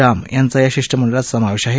राम यांचा या शिष्टमंडळात समावेश आहे